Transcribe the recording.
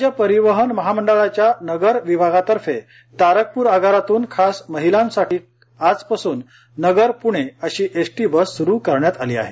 राज्य परिवहन महामंडळाच्या नगर विभागातर्फे तारकपूर आगारातून खास महिलांसाठी आजपासून नगर पुणे अशी एसटी बस सूूू करण्यात आली आहे